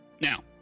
Now